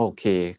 Okay